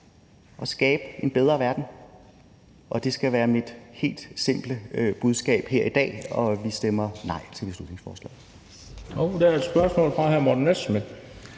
at skabe en bedre verden, og det skal være mit helt simple budskab her i dag, og vi stemmer nej til beslutningsforslaget.